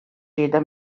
xhieda